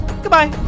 Goodbye